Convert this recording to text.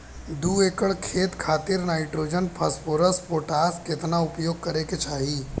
दू एकड़ खेत खातिर नाइट्रोजन फास्फोरस पोटाश केतना उपयोग करे के चाहीं?